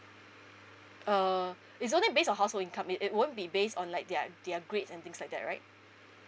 oh it's only based on household income it it won't be based on like their their grades and things like that right